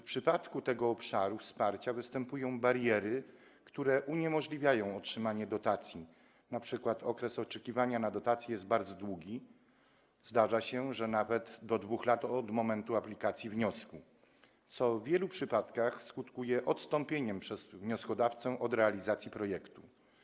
W przypadku tego obszaru wsparcia występują bariery, które uniemożliwiają otrzymanie dotacji, np. okres oczekiwania na dotację jest bardzo długi, zdarza się, że wynosi nawet do 2 lat od momentu aplikacji, złożenia wniosku, co w wielu przypadkach skutkuje odstąpieniem przez wnioskodawcę od realizacji projektu.